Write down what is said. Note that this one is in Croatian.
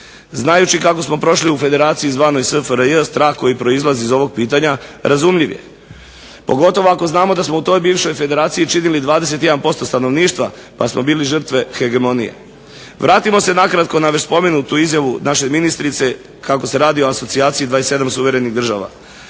znajući kako smo prošli u Federaciji SFRJ strah koji proizlazi iz ovog pitanja razumljiv je pogotovo ako znamo da smo u toj federaciji činili 21% stanovništva pa smo bili žrtve hegemonije. Vratimo se nakratko na već spomenutu izjavu naše ministrice kako se radi o asocijaciji 27 suverenih država.